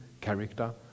character